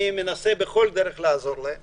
אני מנסה לעזור להם בכל דרך.